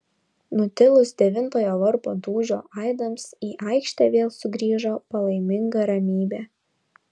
nutilus devintojo varpo dūžio aidams į aikštę vėl sugrįžo palaiminga ramybė